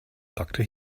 doctor